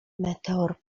meteor